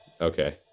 Okay